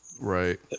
Right